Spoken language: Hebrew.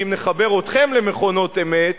כי אם נחבר אתכם למכונות אמת,